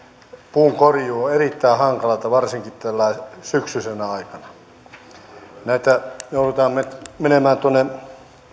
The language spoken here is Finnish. puunkorjuu on erittäin hankalaa varsinkin näin syksyisenä aikana me joudumme menemään tuonne